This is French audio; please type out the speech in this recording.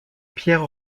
pierre